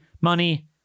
money